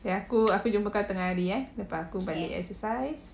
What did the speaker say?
ya aku aku jumpa kau tengah hari eh lepas aku balik exercise